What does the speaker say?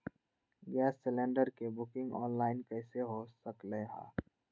Gas cylinder के booking online कईसे हो सकलई ह?